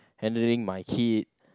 handling my kid